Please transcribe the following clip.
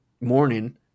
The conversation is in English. morning